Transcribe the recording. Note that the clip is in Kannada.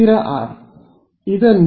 ವಿದ್ಯಾರ್ಥಿ ಸ್ಥಿರ ಆರ್